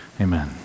amen